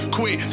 Quit